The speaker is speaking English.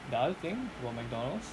the other thing about McDonald's